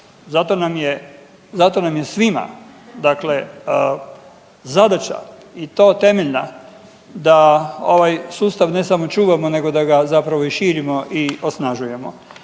zato nam je svima dakle zadaća i to temeljna da ovaj sustav ne samo čuvamo nego da ga zapravo i širimo i osnažujemo.